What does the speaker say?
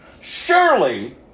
Surely